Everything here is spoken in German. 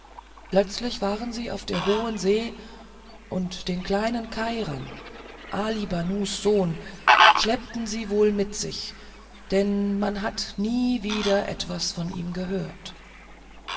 plötzlich waren sie auf der hohen see und den kleinen kairam ali banus sohn schleppten sie wohl mit sich denn man hat nie wieder etwas von ihm gehört